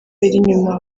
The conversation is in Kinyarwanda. inyuma